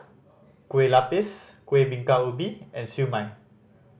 kue lupis Kuih Bingka Ubi and Siew Mai